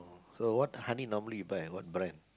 so what honey normally you buy and what brand